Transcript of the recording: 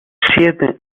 siete